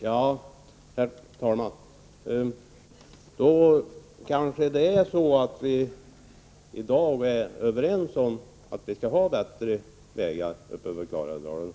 Herr talman! Då kanske vi i dag är överens om att vi skall ha bättre vägar i Klarälvsdalen.